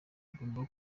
igomba